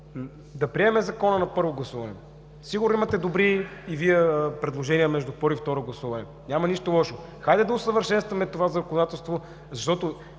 да приемем Закона на първо гласуване. Сигурно и Вие имате добри предложения между първо и второ гласуване. Няма нищо лошо. Хайде да усъвършенстваме това законодателство. Ние